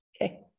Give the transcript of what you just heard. Okay